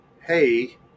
hey